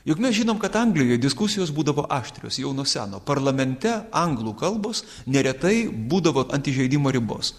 juk mes žinom kad anglijoj diskusijos būdavo aštrios jau nuo seno parlamente anglų kalbos neretai būdavo ant įžeidimo ribos